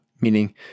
meaning